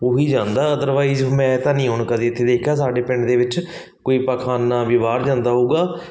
ਉਹੀ ਜਾਂਦਾ ਅਦਰਵਾਈਜ਼ ਮੈਂ ਤਾਂ ਨਹੀਂ ਹੁਣ ਕਦੇ ਇੱਥੇ ਦੇਖਿਆ ਸਾਡੇ ਪਿੰਡ ਦੇ ਵਿੱਚ ਕੋਈ ਪਖਾਨਾ ਵੀ ਬਾਹਰ ਜਾਂਦਾ ਹੋਊਗਾ